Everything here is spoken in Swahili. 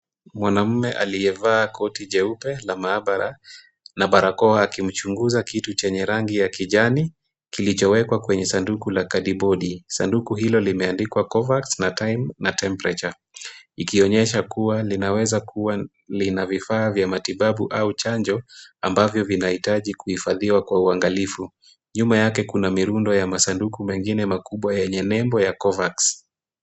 Mwanaume aliyevaa koti jeupe la maabara na barakoa akimchunguza kitu chenye rangi ya kijani kilichowekwa kwenye sanduku la kadibodi. Sanduku hilo limeandikwa coverx na time na temperature ikionyesha kuwa linaweza kuwa lina vifaa vya matibabu au chanjo ambavyo vinahitaji kuhifadhiwa kwa uangalifu. Nyuma yake kuna mirundo ya masanduku mengine makubwa yenye nembo ya Coverx.